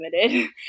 limited